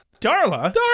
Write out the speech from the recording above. Darla